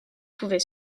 pouvait